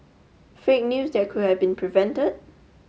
fake news that could have been prevented